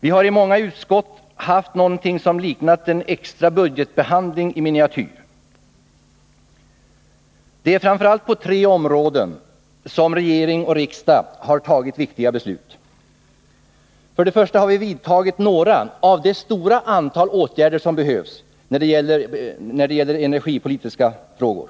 Vi har i många utskott haft något som liknat en extra budgetbehandling i miniatyr. Det är framför allt på tre områden som regeringen och riksdagen har fattat viktiga beslut. Vi har för det första vidtagit några av det stora antal åtgärder som behöver vidtagas när det gäller energipolitiska frågor.